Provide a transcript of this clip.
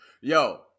Yo